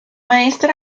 maestra